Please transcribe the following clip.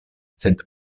sed